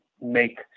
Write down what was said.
make